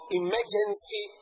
emergency